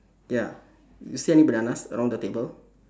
ya you see any bananas around the table